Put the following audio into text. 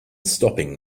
stopping